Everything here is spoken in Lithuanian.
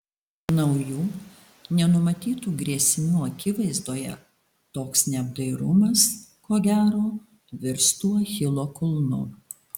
naujų nenumatytų grėsmių akivaizdoje toks neapdairumas ko gero virstų achilo kulnu